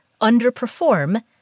underperform